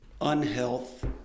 unhealth